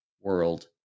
world